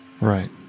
Right